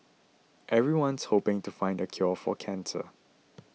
everyone's hoping to find the cure for cancer